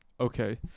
Okay